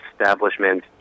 establishment